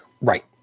Right